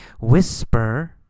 Whisper